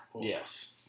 Yes